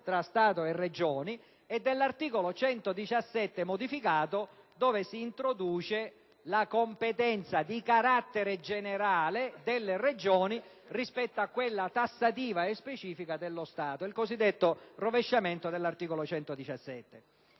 tra Stato e Regioni, e dell'articolo 117, introducendo la competenza di carattere generale delle Regioni rispetto a quella tassativa e specifica dello Stato (appunto, il cosiddetto rovesciamento dell'articolo 117).